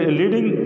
leading